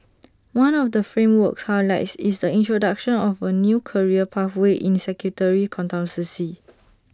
one of the framework's highlights is the introduction of A new career pathway in sectary consultancy